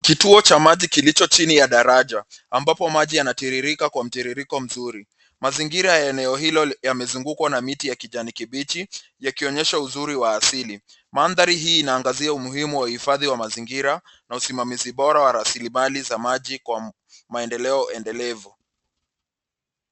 Kituo cha maji kilicho chini ya daraja ambapo maji yanatiririka kwa mtiririko mzuri. Mazingira ya eneo hilo yamesungukwa na miti ya kijani kibichi, yakionyesha uzuri wa asili. Mandhari hii inaangazia umuhimu wa uhifadhi wa mazingira na usimamizi bora wa rasilimali za maji kwa maendeleo endelevu.